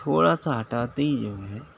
تھوڑا سا ہٹاتے ہی جو ہے